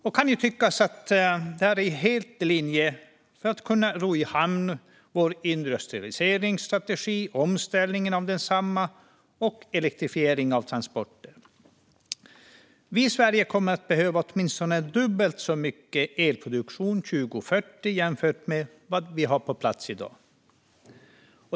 Det kan ju tyckas att detta är helt i linje med att kunna ro i hamn vår industrialiseringsstrategi, omställningen av densamma och elektrifieringen av transporter. Vi i Sverige kommer att behöva åtminstone dubbelt så mycket elproduktion 2040 som vi har på plats i dag.